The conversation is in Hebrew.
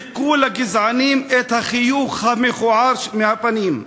מחקו לגזענים את החיוך המכוער מהפנים,